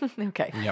Okay